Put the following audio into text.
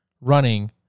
running